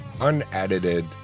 unedited